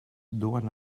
duen